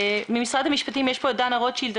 משרד המשפטים, דנה רוטשילד.